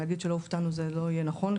להגיד שלא הופתענו זה לא יהיה נכון,